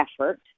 effort